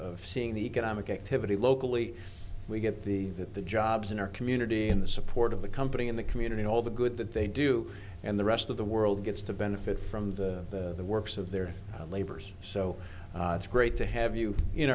seeing the economic activity locally we get the that the jobs in our community in the support of the company in the community all the good that they do and the rest of the world gets to benefit from the works of their labors so it's great to have you in